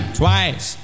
twice